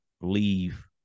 leave